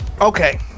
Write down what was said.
Okay